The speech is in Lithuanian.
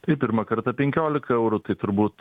tai pirmą kartą penkiolika eurų tai turbūt